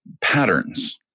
patterns